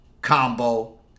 Combo